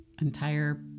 entire